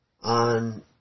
on